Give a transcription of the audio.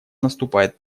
наступает